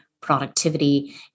productivity